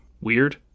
weird